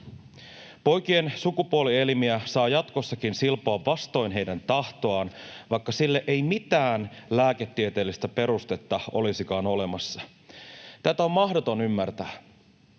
Poikien sukupuolielimiä saa jatkossakin silpoa vastoin heidän tahtoaan, vaikka sille ei mitään lääketieteellistä perustetta olisikaan olemassa. Tätä on mahdoton ymmärtää.